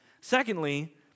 Secondly